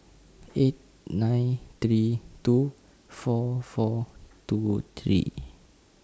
eight nine three two four four two three